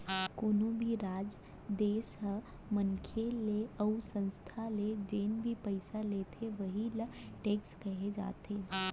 कोनो भी राज, देस ह मनसे ले अउ संस्था ले जेन भी पइसा लेथे वहीं ल टेक्स कहे जाथे